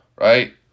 right